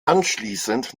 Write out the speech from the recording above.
anschließend